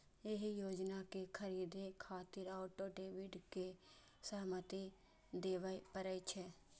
एहि योजना कें खरीदै खातिर ऑटो डेबिट के सहमति देबय पड़ै छै